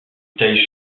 taille